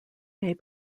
may